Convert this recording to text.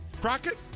Crockett